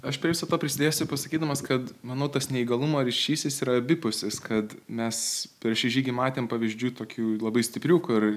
aš prie viso to prisidėsiu pasakydamas kad manau tas neįgalumo ryšys yra abipusis kad mes per šį žygį matėm pavyzdžių tokių labai stiprių kur